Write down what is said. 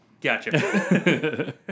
Gotcha